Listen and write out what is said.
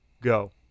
Go